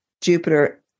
Jupiter